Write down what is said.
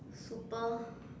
super